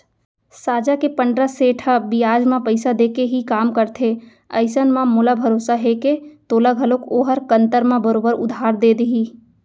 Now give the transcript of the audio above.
साजा के पंडरा सेठ ह बियाज म पइसा देके ही काम करथे अइसन म मोला भरोसा हे के तोला घलौक ओहर कन्तर म बरोबर उधार दे देही